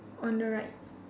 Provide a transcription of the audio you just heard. on the right